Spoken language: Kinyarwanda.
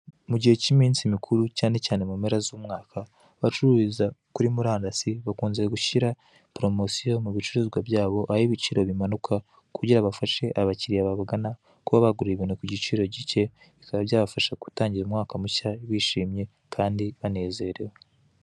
Mu gihe cy'iminsi mikuru cyane cyane mu mpera z'umwaka, abacururiza kuri murandasi, bakunze gushyira poromosiyo mu bicuruzwa byabo, aho ibiciro bimanuka kugira ngo bafashe abakiriya babagana kuba bagurira ibintu ku giciro gike, bikaba byabafasha gutangira umwaka mushya bishimye kandi banezerewe.